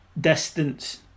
distance